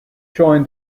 joined